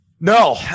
No